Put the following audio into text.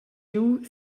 giu